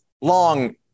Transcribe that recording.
long